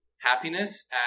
happiness